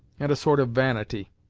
and a sort of vanity.